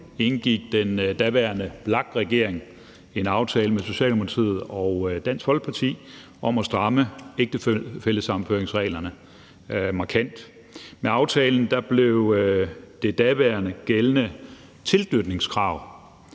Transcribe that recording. indgik den daværende VLAK-regering en aftale med Socialdemokratiet og Dansk Folkeparti om at stramme ægtefællesammenføringsreglerne markant. Med aftalen blev det daværende gældende tilknytningskrav